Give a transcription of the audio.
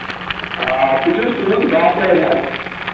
آ بہٕ چھُس تُہُنٛد باپٲرۍ حظ